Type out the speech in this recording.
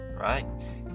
Right